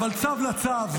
אבל "צו לצו,